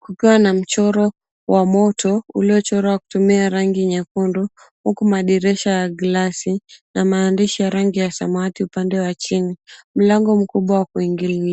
kukiwa na mchoro wa moto uliochorowa kutumia rangi nyekundu, huku madirisha ya glasi na maandishi ya rangi ya samawati upande wa chini. Mlango mkubwa wa kuingilia,